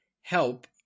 help